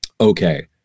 okay